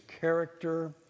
character